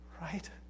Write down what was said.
right